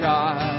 God